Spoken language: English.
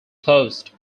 closed